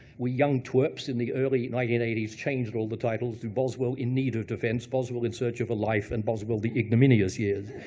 we young twerps in the early nineteen eighty s changed all the titles to boswell in need of defense, boswell in search of a life, and boswell the ignominious years.